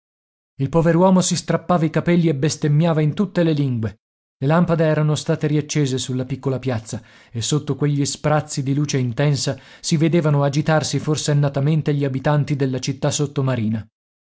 aspettava il pover'uomo si strappava i capelli e bestemmiava in tutte le lingue le lampade erano state riaccese sulla piccola piazza e sotto quegli sprazzi di luce intensa si vedevano agitarsi forsennatamente gli abitanti della città sottomarina